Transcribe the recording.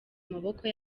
maboko